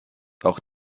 auch